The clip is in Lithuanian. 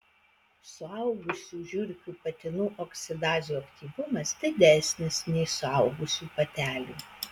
suaugusių žiurkių patinų oksidazių aktyvumas didesnis nei suaugusių patelių